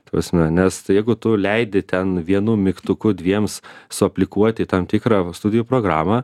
ta prasme nes jeigu tu leidi ten vienu mygtuku dviems suaplikuoti į tam tikrą studijų programą